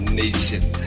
nation